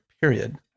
period